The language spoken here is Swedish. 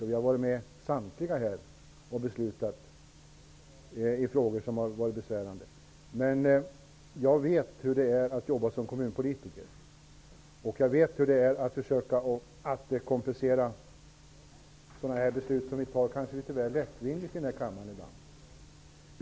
Samtliga av oss här har varit med och beslutat i frågor som är svåra. Men jag vet också hur det är att jobba som kommunpolitiker, och jag vet hur det är att försöka kompensera beslut som vi riksdagsledamöter i denna kammare ibland kanske fattar något lättvindigt.